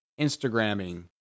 Instagramming